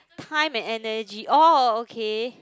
time and energy oh okay